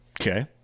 Okay